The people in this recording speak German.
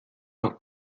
noch